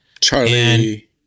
Charlie